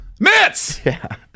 Mitz